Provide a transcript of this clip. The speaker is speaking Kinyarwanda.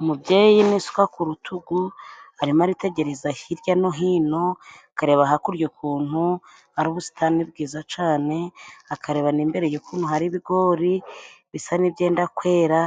Umubyeyi n'isuka ku rutugu, arimo aritegereza hirya no hino, akareba hakurya ukuntu hari ubusitani bwiza cane !Akareba n'imbere ye ukuntu hari ibigori bisa n'ibyenda kwera,